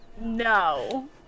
No